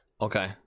Okay